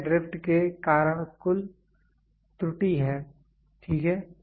यह ड्रिफ्ट के कारण कुल त्रुटि है ठीक है